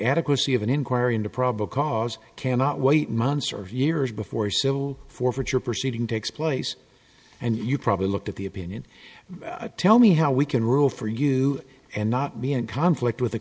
adequacy of an inquiry into probable cause cannot wait months or years before civil forfeiture proceeding takes place and you probably look at the opinion tell me how we can rule for you and not be in conflict with a